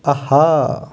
اہا